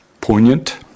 poignant